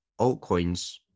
altcoins